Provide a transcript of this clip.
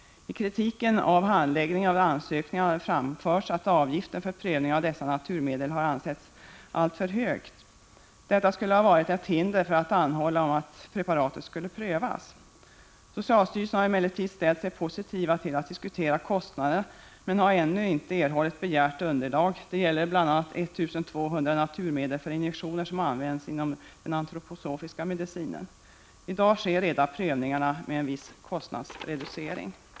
I kritiken av handläggningen av ansökningarna har det framförts att avgiften för prövning av dessa naturmedel har ansetts alltför hög. Detta skulle ha varit ett hinder för att anhålla om att preparaten prövas. Socialstyrelsen har emellertid ställt sig positiv till att diskutera kostnaderna, men har ännu inte erhållit begärt underlag. Det gäller bl.a. 1 200 naturmedel för injektioner som används inom den antroposofiska medicinen. Prövningarna sker redan i dag med en viss kostnadsreducering.